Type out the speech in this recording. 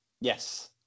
Yes